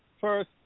first